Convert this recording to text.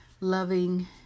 loving